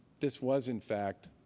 this was, in fact,